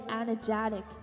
energetic